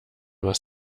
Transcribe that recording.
was